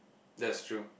that's true